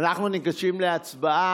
אנחנו ניגשים להצבעה.